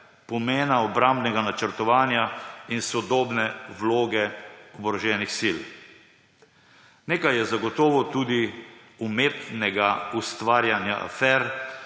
pomena obrambnega načrtovanja in sodobne vloge oboroženih sil. Nekaj je zagotovo tudi umetnega ustvarjanja afer